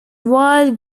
wild